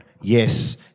Yes